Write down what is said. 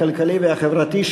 הכלכלי והחברתי,